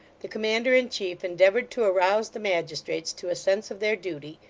the commander-in-chief endeavoured to arouse the magistrates to a sense of their duty,